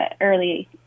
early